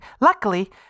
Luckily